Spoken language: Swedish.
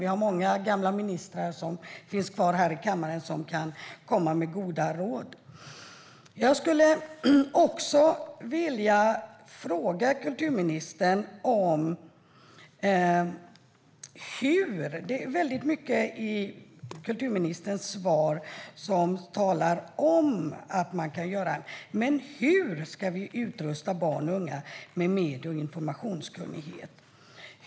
Det finns många gamla ministrar kvar i kammaren som kan komma med goda råd. Det var mycket i kulturministerns svar som handlade om att saker kan göras, men hur ska vi rusta barn och unga med medie och informationskunnighet?